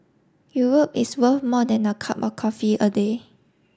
Europe is worth more than a cup of coffee a day